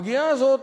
הפגיעה הזאת,